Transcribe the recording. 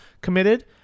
committed